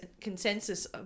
consensus